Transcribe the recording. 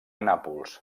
nàpols